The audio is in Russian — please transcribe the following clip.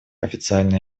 официальное